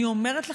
אני אומרת לכם,